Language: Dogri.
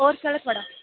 होर केह् हाल ऐ थुहाढ़ा